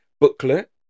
booklet